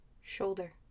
shoulder